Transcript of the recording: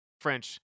french